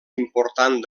important